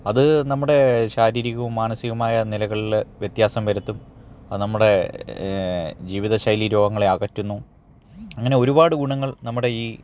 അത് നമ്മുടെ ശാരീരികവും മാനസികവുമായ നിലകളില് വ്യത്യാസം വരുത്തും അത് നമ്മുടെ ജീവിതശൈലീരോഗങ്ങളെ അകറ്റുന്നു അങ്ങനെ ഒരുപാട് ഗുണങ്ങൾ നമ്മുടെ ഈ